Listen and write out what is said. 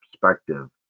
perspective